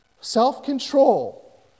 Self-control